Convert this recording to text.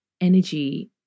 energy